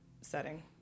setting